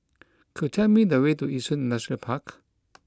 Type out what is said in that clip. could you tell me the way to Yishun Industrial Park